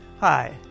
Hi